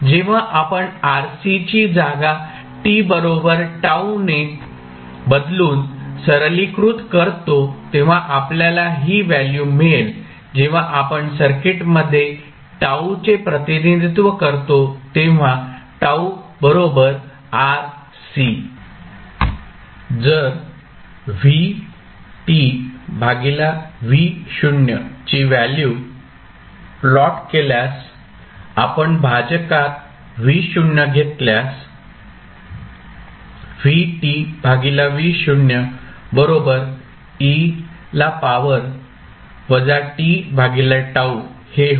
जेव्हा आपण RC ची जागा t बरोबर τ ने बदलून सरलीकृत करतो तेव्हा आपल्याला ही व्हॅल्यू मिळेल जेव्हा आपण सर्किटमध्ये τ चे प्रतिनिधित्व करतो तेव्हा τ RC जर ची व्हॅल्यू प्लॉट केल्यास आपण भाजकात Vo घेतल्यास हे होईल